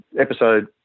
episode